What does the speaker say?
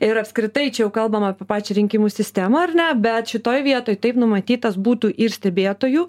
ir apskritai čia jau kalbama apie pačią rinkimų sistemą ar ne bet šitoj vietoj taip numatytas būtų ir stebėtojų